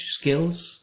skills